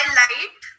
light